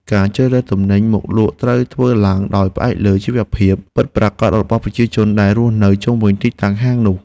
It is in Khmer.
ការជ្រើសរើសទំនិញមកលក់ត្រូវធ្វើឡើងដោយផ្អែកលើជីវភាពពិតប្រាកដរបស់ប្រជាជនដែលរស់នៅជុំវិញទីតាំងហាងនោះ។